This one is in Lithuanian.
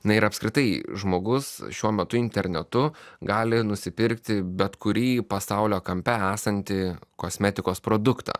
na ir apskritai žmogus šiuo metu internetu gali nusipirkti bet kurį pasaulio kampe esantį kosmetikos produktą